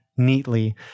Neatly